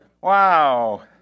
Wow